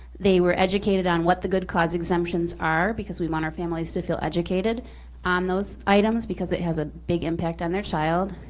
they were educated on what the good cause exemptions are because we want our families to feel educated on um those items because it has ah big impact on their child.